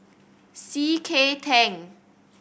C K Tang